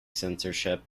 censorship